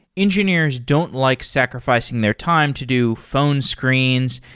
engineers don't like sacrificing their time to do phone screens,